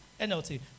NLT